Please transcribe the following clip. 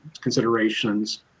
considerations